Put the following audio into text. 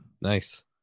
Nice